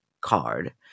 card